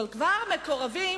אבל כבר מקורבים,